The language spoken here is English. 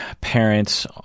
parents